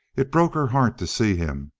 it broke her heart to see him,